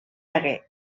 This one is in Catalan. hagué